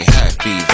Happy